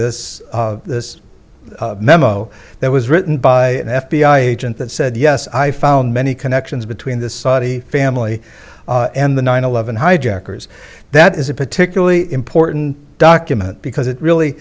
analyzing this this memo that was written by an f b i agent that said yes i found many connections between the saudi family and the nine eleven hijackers that is a particularly important document because it really